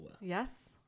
Yes